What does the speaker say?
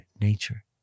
nature